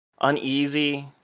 uneasy